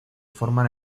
forman